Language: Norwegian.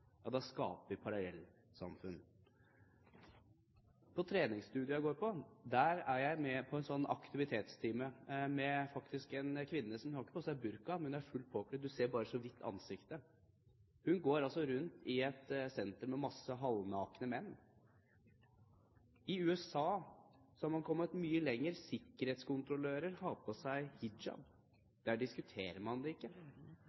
da skaper vi parallellsamfunn. På det treningsstudioet jeg går på, er jeg med på en aktivitetstime. Der deltar en kvinne som ikke har burka på seg, men hun er fullt påkledd – man ser bare så vidt ansiktet. Hun går rundt i et senter med masse halvnakne menn. I USA er man kommet mye lenger. Sikkerhetskontrollører har på seg hijab. Der diskuterer man det ikke.